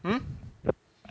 hmm